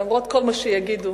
למרות כל מה שיגידו,